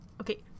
Okay